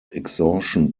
exhaustion